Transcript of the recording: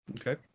Okay